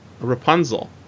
rapunzel